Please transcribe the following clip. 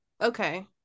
Okay